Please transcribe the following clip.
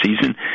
season